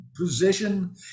position